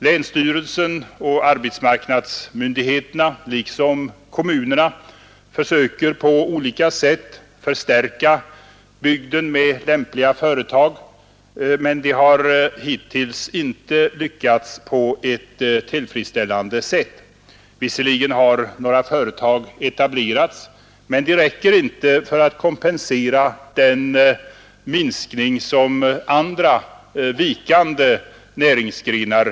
Länsstyrelsen och arbetsmarknadsmyndigheterna liksom kommunerna försöker på olika sätt förstärka bygden med lämpliga företag, men det har hittills inte kunnat ske på ett tillfredsställande sätt. Visserligen har några företag etablerats i området, men det räcker inte för att kompensera den minskning i sysselsättningen som skett inom andra, vikande näringsgrenar.